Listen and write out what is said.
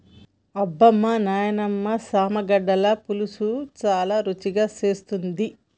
అబ్బమా నాయినమ్మ చామగడ్డల పులుసు చాలా రుచిగా చేస్తుంది